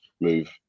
move